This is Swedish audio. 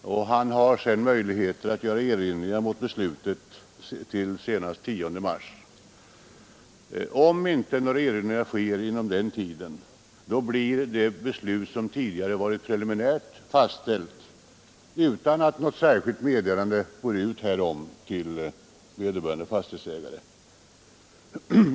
Fastighetsägaren har sedan möjlighet att göra erinringar mot beslutet senast den 10 mars. Om inga erinringar sker inom den tiden, blir det beslut som tidigare varit preliminärt fastställt utan att något särskilt meddelande härom går ut till vederbörande fastighetsägare.